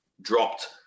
dropped